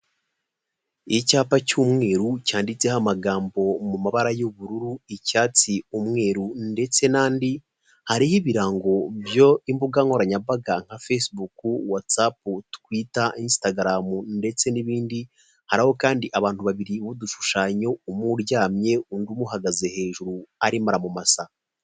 Icyapa cy'umweru cyanditseho amagambo mu mabara y'ubururu, icyatsi, umweru, ndetse n'andi, hariho ibirango byo imbuga nkoranyambaga nka fesebuke. watsapu, tuwita, isitagaramu ndetse n'ibindi, hari kandi abantu babiri b'udushushanyo umwe uryamye undi umuhagaze hejuru arimo aramumasa.